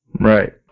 Right